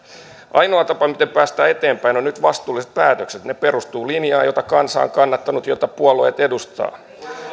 ainoa tapa miten päästään eteenpäin on nyt vastuulliset päätökset ne perustuvat linjaan jota kansa on kannattanut jota puolueet edustavat